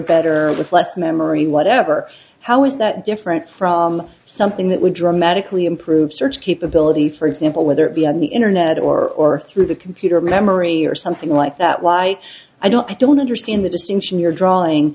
better with less memory whatever how is that different from something that would dramatically improve search capability for example whether it be on the internet or through the computer memory or something like that why i don't i don't understand the distinction you're drawing